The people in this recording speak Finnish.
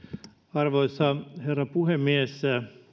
arvoisa herra puhemies